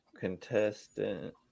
Contestant